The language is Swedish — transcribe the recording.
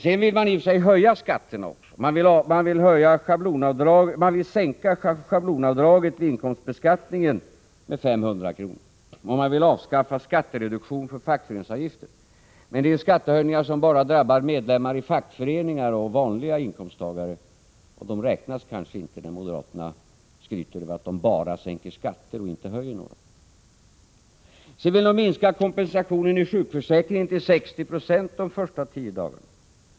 Sedan vill man i och för sig höja skatter också — man vill sänka schablonavdraget vid inkomstbeskattningen med 500 kr., och man vill avskaffa skattereduktionen för fackföreningsavgifter. Men det medför ju skattehöjningar som bara drabbar medlemmar i fackföreningar och vanliga inkomsttagare, och dessa räknas kanske inte när moderaterna skryter med att de bara sänker skatter och inte höjer några. Vidare vill moderaterna minska kompensationen i sjukförsäkringen till 60 90 de första tio dagarna.